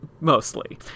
mostly